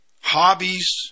hobbies